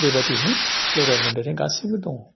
बेबायदिहाय लगाय मोन्देरै गासैबो दं